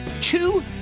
two